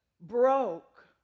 broke